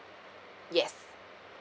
yes